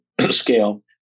scale